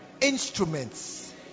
instruments